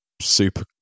super